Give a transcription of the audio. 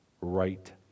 right